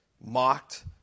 mocked